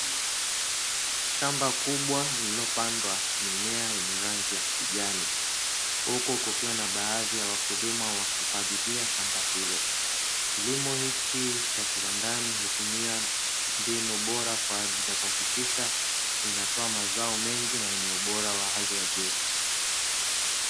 Shamba kubwa lililopandwa mimea yenye rangi ya kijani huku kukiwa na baadhi ya wakulima wakipalilia shamba hilo. Kilimo hichi cha kiwandani hutumia mbinu bora kwa ajili ya kuhakikisha inatoa mazao mengi na yenye ubora wa hali ya juu.